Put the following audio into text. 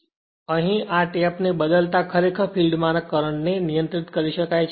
અહીંથી અહીં આ ટેપ ને બદલાતા ખરેખર ફિલ્ડ માના કરંટ ને નિયંત્રિત કરી શકાય છે